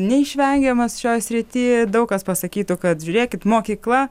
neišvengiamas šioj srity daug kas pasakytų kad žiūrėkit mokykla